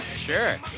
Sure